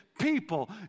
people